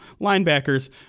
linebackers